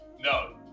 no